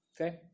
okay